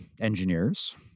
engineers